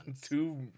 Two